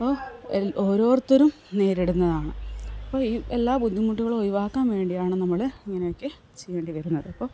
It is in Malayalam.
അപ്പോള് ഓരോരുത്തരും നേരിടുന്നതാണ് അപ്പോള് ഈ എല്ലാ ബുദ്ധിമുട്ടുകളും ഒഴിവാക്കാൻ വേണ്ടിയാണ് നമ്മള് അങ്ങനെയൊക്കെ ചെയ്യേണ്ടി വരുന്നത് അപ്പോള്